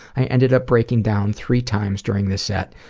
i ended up breaking down three times during the set.